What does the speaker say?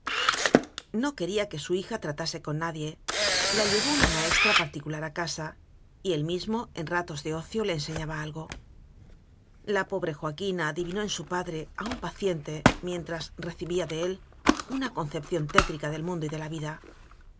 no quería que su hija tratase con na die la llevó una maestra particular a casa y él mismo en ratos de ocio le enseñaba algo la pobre joaquina adivinó en su padre a un paciente mientras recibía de él una con cepción tétrica del mundo y de la vida